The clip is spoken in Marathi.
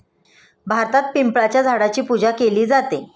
भारतात पिंपळाच्या झाडाची पूजा केली जाते